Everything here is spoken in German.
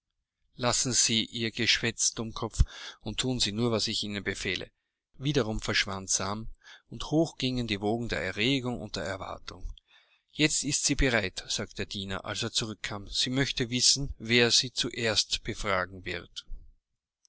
lassen sie ihr geschwätz dummkopf und thun sie nur was ich ihnen befehle wiederum verschwand sam und hoch gingen die wogen der erregung und der erwartung jetzt ist sie bereit sagte der diener als er zurückkam sie möchte wissen wer sie zuerst befragen wird